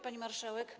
Pani Marszałek!